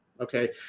Okay